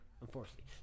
unfortunately